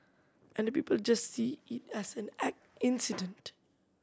and the people just see it as an incident